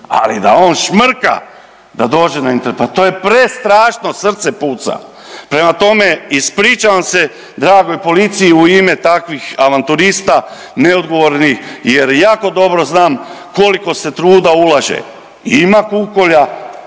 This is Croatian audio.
ali da on šmrka da dođe na, pa to je prestrašno, srce puca. Prema tome ispričavam se dragoj policiji u ime takvih avanturista neodgovornih jer jako dobro znam koliko se truda ulaže. Ima kukolja,